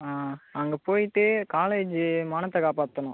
ஆ அங்கே போய்ட்டு காலேஜி மானத்தை காப்பாற்றணும்